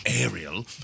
aerial